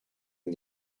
and